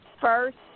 first